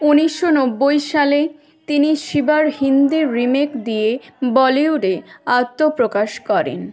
ঊনিশশো নব্বই সালে তিনি শিবার হিন্দি রিমেক দিয়ে বলিউডে আত্মপ্রকাশ করেন